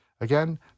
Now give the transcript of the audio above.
again